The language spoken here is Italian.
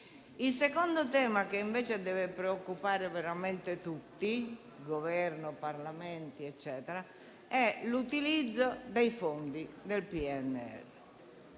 Il secondo tema che invece deve preoccupare veramente tutti, Governo e Parlamenti, è l'utilizzo dei fondi del PNRR.